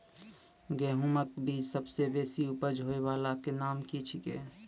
गेहूँमक बीज सबसे बेसी उपज होय वालाक नाम की छियै?